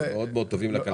מאוד טובים לכלכלה.